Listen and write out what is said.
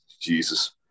Jesus